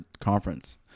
conference